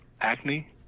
acne